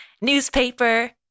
newspaper